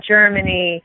Germany